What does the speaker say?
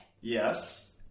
Yes